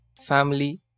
Family